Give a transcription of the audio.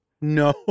No